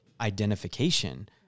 identification